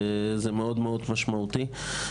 וזה מאוד מאוד משמעותי.